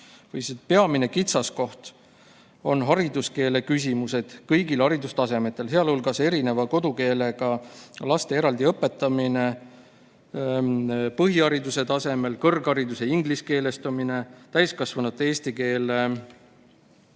Peamine kitsaskoht on hariduskeele küsimused kõigil haridustasemetel, sh erineva kodukeelega laste eraldi õpetamine põhihariduse tasemel, kõrghariduse ingliskeelestumine, täiskasvanute eesti keele